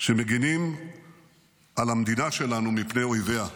המְגִנִים על המדינה שלנו מפני אויביה.